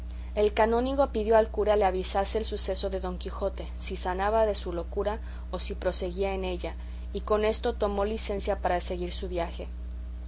el canónigo pidió al cura le avisase el suceso de don quijote si sanaba de su locura o si proseguía en ella y con esto tomó licencia para seguir su viaje